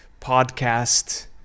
podcast